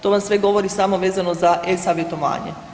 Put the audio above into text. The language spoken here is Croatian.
To vam sve govori samo vezano za e-savjetovanje.